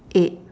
eight